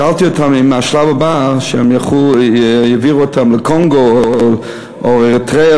שאלתי אותו האם השלב הבא הוא שהם יעבירו אותם לקונגו או לאריתריאה,